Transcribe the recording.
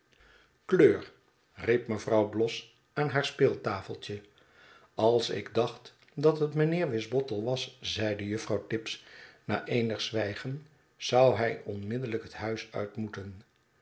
kleur riep mevrouw bloss aan haar speeltafeltje als ik dacht dat het meneer wisbottle was zeide juffrouw tibbs na eenig zwijgen zou hij onmiddellijk het huis uit moeten